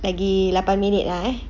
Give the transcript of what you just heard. lagi lapan minit lah eh